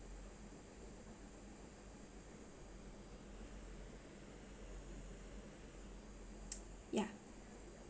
ya